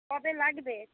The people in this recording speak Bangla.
কবে লাগবে